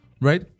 Right